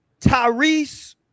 Tyrese